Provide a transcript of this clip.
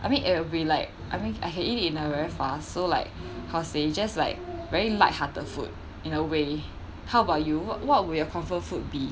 I mean it will be like I think I can eat it in a very fast so like because they just like very lighthearted food in a way how about you what would your comfort food be